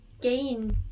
gain